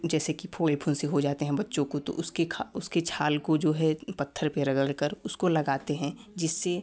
जैसे कि फोड़े फुंसी हो जाते हैं बच्चों को तो उसके उसके छाल को जो है पत्थर पे रगड़ कर उसको लगाते हैं जिससे